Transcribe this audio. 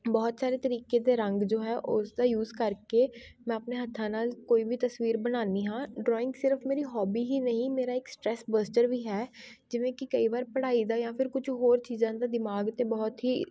ਬਹੁਤ ਸਾਰੇ ਤਰੀਕੇ ਦੇ ਰੰਗ ਜੋ ਹੈ ਉਸਦਾ ਯੂਸ ਕਰਕੇ ਮੈਂ ਆਪਣੇ ਹੱਥਾਂ ਨਾਲ ਕੋਈ ਵੀ ਤਸਵੀਰ ਬਣਾਉਣੀ ਹਾਂ ਡਰੋਇੰਗ ਸਿਰਫ ਮੇਰੀ ਹੋਬੀ ਹੀ ਨਹੀਂ ਮੇਰਾ ਇੱਕ ਸਟਰੈਸ ਬਸਟਰ ਵੀ ਹੈ ਜਿਵੇਂ ਕਿ ਕਈ ਵਾਰ ਪੜ੍ਹਾਈ ਦਾ ਜਾਂ ਫਿਰ ਕੁਝ ਹੋਰ ਚੀਜ਼ਾਂ ਦਾ ਦਿਮਾਗ 'ਤੇ ਬਹੁਤ ਹੀ